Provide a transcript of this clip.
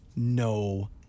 No